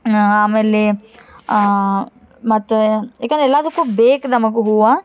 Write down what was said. ಆಮೇಲೆ ಮತ್ತು ಏಕಂದ್ರೆ ಎಲ್ಲದಕ್ಕೂ ಬೇಕು ನಮಗೆ ಹೂವು